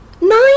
Nine